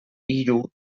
hiru